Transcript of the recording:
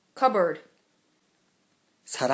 cupboard